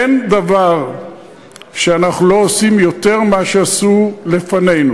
אין דבר שאנחנו לא עושים בו יותר ממה שעשו לפנינו.